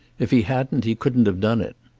if he hadn't he couldn't have done it.